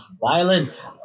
violence